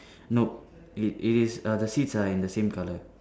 nope it is err the seats are in the same colour